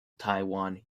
taiwan